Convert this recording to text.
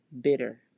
bitter